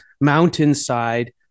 mountainside